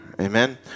Amen